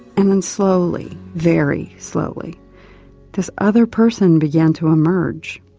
and then slowly, very slowly this other person began to emerge.